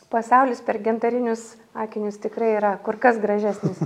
pasaulis per gintarinius akinius tikrai yra kur kas gražesnis